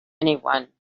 anyone